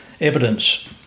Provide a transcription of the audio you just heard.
evidence